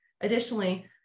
Additionally